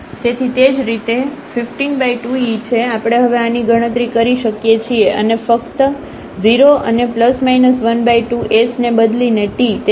તેથી તે જ રીતે 152e છે આપણે હવે આની ગણતરી કરી શકીએ છીએ અને ફક્ત 0 અને ± 12 s ને બદલીને t